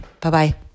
Bye-bye